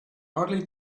hardly